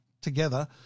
together